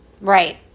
right